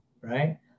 Right